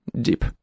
deep